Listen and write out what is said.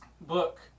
book